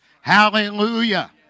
Hallelujah